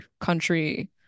country